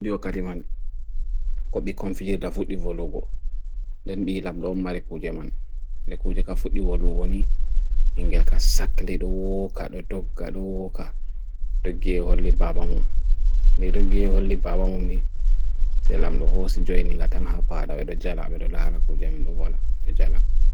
Deo ka diman, ko bi konfige dha foot di vo logo. Den bi ilam do oma rekuja man. Rekuja ka foot di vo logo ni. Inge ka sakle do o ka, do do ka, do o ka. Rege ho li babamun. Rege ho li babamun ni. Selam lo ho se join ila tan hapa ada, bedo jala, bedo lala ko jamin lo vola, bedo jala.